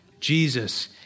Jesus